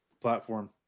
platform